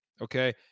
Okay